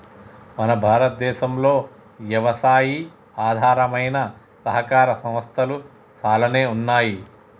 మన భారతదేసంలో యవసాయి ఆధారమైన సహకార సంస్థలు సాలానే ఉన్నాయి